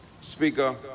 Speaker